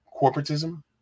corporatism